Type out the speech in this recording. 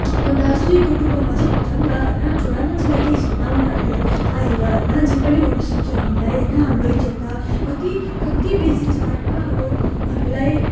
एउटा सुईको टुप्पोमाथि हुन्छ नि त होइन छोरा मान्छेलाई केही छैन उनीहरूले आएर होइन जे पनि गर्नुसक्छ हामीलाई होइन हाम्रो इज्जत त कति कति बेसी छ होइन अब हामीलाई